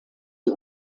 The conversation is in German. die